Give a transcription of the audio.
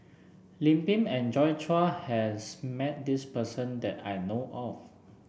Lim Pin and Joi Chua has met this person that I know of